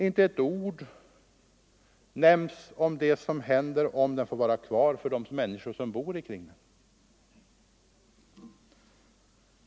Inte ett ord nämns om det som händer för de människor som bor kring flygplatsen om den får vara kvar.